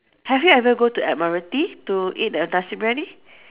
have you ever go to Admiralty to eat the nasi-biryani